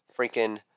freaking